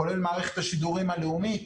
כולל מערכת השידורים הלאומית